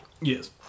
Yes